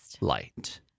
light